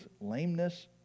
lameness